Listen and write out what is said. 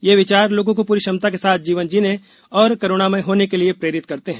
ये विचार लोगों को पूरी क्षमता के साथ जीवन जीने और करूणामय होने के लिए प्रेरित करते हैं